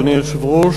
אדוני היושב-ראש,